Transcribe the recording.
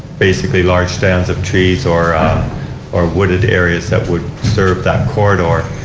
basically large stands of trees or or wooded areas that would serve that corridor.